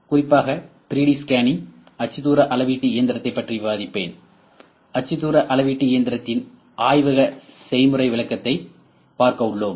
குறிப்பாக3D scanning அச்சுத்தூர அளவீட்டு இயந்திரத்தைப் பற்றி விவாதிப்பேன் அச்சுத்தூர அளவீட்டு இயந்திரத்தின் ஆய்வக செயல்முறை விளக்கத்தைப் பார்க்க உள்ளோம்